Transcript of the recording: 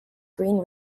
green